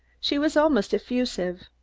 she was almost effusive.